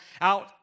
out